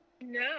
No